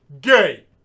Gay